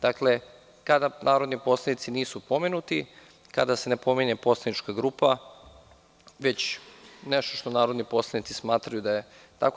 Dakle, kada narodni poslanici nisu pomenuti, kada se ne pominje poslanička grupa, već nešto što narodni poslanici smatraju da je tako.